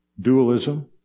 dualism